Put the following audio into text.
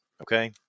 okay